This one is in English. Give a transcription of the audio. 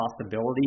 possibility